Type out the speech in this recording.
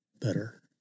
better